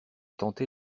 tenter